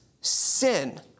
sin